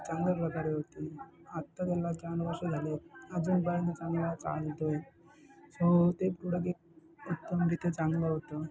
चांगल्या प्रकारे होते आत्ता त्याला झाले अजून पर्यंत चांगला चालतोय सो ते प्रोडक्ट एक उत्तमरित्या चांगलं होतं